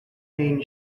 main